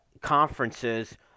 conferences